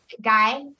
guy